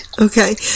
Okay